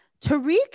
Tariq